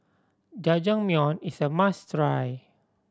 jajangmyeon is a must try